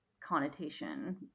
connotation